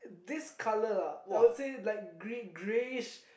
this colour I would say like green greyish